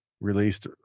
released